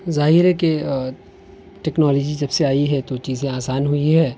ظاہر ہے کہ ٹیکنالوجی جب سے آئی ہے تو چیزیں آسان ہوئی ہیں